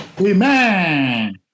Amen